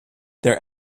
their